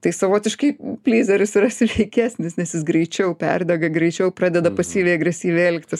tai savotiškai plyzeris yra sveikesnis nes jis greičiau perdega greičiau pradeda pasyviai agresyviai elgtis